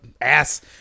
Ass